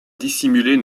dissimuler